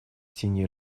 тени